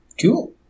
Cool